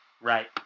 Right